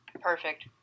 Perfect